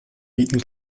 bieten